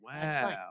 Wow